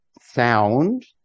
sound